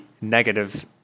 negative